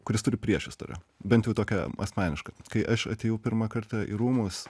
kuris turi priešistorę bent tokią asmenišką kai aš atėjau pirmą kartą į rūmus